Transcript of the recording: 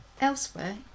Elsewhere